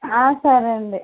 సరేనండి